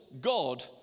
God